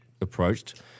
approached